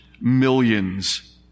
millions